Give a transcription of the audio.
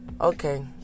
Okay